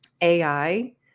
AI